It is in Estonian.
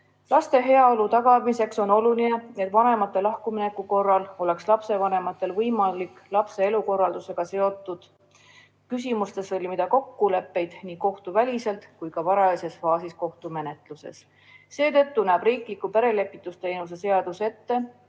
toeks. Laste heaolu tagamiseks on oluline, et vanemate lahkumineku korral oleks lapsevanematel võimalik lapse elukorraldusega seotud küsimustes sõlmida kokkuleppeid nii kohtuväliselt kui ka varajases faasis kohtumenetluses. Seetõttu näeb riikliku perelepitusteenuse seadus ette,